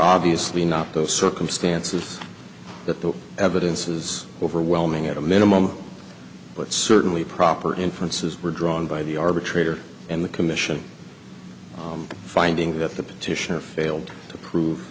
obviously not the circumstances that the evidence is overwhelming at a minimum but certainly proper inferences were drawn by the arbitrator in the commission finding that the petitioner failed to prove